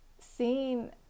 seeing